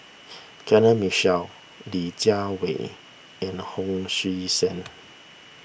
Kenneth Mitchell Li Jiawei and Hon Sui Sen